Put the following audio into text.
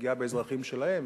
ופגיעה באזרחים שלהם,